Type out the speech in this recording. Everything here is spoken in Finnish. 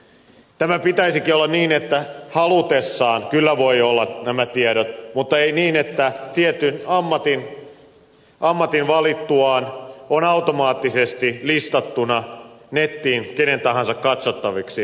tämän pitäisikin olla niin että halutessaan kyllä voi antaa nämä tiedot mutta ei niin että tietyn ammatin valittuaan on automaattisesti listattuna nettiin kenen tahansa katsottavaksi